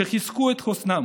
שחיזקו את חוסנם.